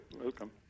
welcome